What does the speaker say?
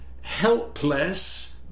helpless